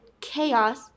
chaos